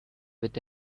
with